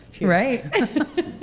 right